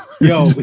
Yo